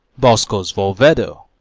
boskos vauvado.